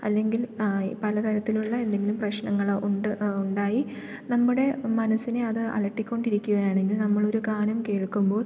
അല്ലെങ്കിൽ പലതരത്തിലുള്ള എന്തെങ്കിലും പ്രശ്നങ്ങളോ ഉണ്ട് ഉണ്ടായി നമ്മുടെ മനസ്സിനെ അത് അലട്ടിക്കൊണ്ടിരിക്കുകയാണെങ്കിൽ നമ്മളൊരു ഗാനം കേൾക്കുമ്പോൾ